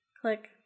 Click